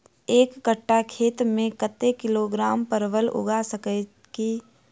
एक कट्ठा खेत मे कत्ते किलोग्राम परवल उगा सकय की??